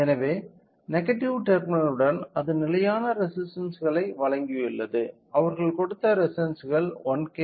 எனவே நெகடிவ் டெர்மினலுடன் அது நிலையான ரெசிஸ்டன்ஸ்களை வழங்கியுள்ளது அவர்கள் கொடுத்த ரெசிஸ்டன்ஸ்கள் 1K 2